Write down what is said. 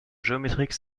géométrique